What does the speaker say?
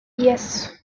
yes